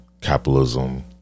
capitalism